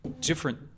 different